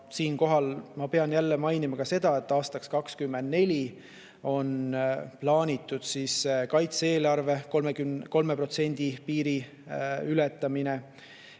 Siinkohal ma pean mainima ka seda, et aastaks 2024 on plaanitud kaitse-eelarve 3% piiri ületamine.